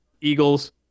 Eagles